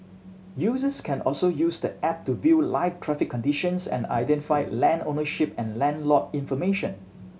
users can also use the app to view live traffic conditions and identify land ownership and land lot information